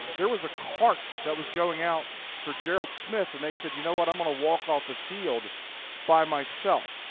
there was a cart that was going coming out for gerald smith and they said you know what i'm gonna walk off the field by myself.